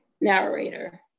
Narrator